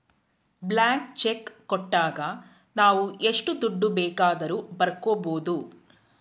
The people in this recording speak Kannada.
ಬ್ಲಾಂಕ್ ಚೆಕ್ ಕೊಟ್ಟಾಗ ನಾವು ಎಷ್ಟು ದುಡ್ಡು ಬೇಕಾದರೂ ಬರ್ಕೊ ಬೋದು